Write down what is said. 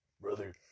brother